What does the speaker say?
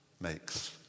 makes